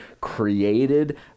created